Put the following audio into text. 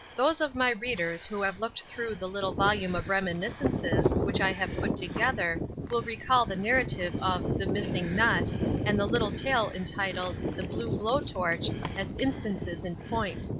those of my readers who have looked through the little volume of reminiscences which i have put together, will recall the narrative of the missing nut and the little tale entitled the blue blow torch as instances in point.